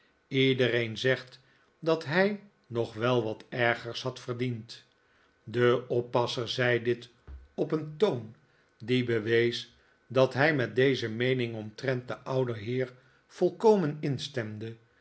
iedereen zegt dat hij nog wel wat ergers had verdiend de oppasser zei dit op een toon die bewees dat hij met deze meening omtrent den ouden heer volkomen instemde